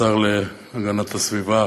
כבוד השר להגנת הסביבה,